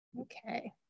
Okay